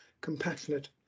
compassionate